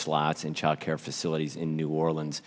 slots in child care facilities in new orleans